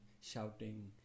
shouting